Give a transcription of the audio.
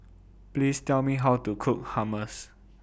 Please Tell Me How to Cook Hummus